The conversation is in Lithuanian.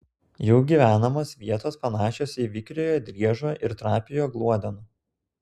jų gyvenamos vietos panašios į vikriojo driežo ir trapiojo gluodeno